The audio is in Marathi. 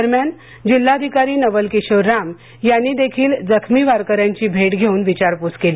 दरम्यान जिल्हाधिकारी नवल किशोर राम यांनी देखील जखमी वारकऱ्यांची भे घेऊन विचारपूस केली